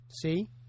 See